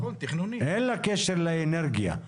אין לה קשר לאנרגיה.